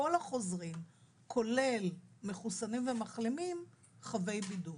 כל החוזרים כולל מחוסנים ומחלימים, חבי בידוד.